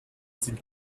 sind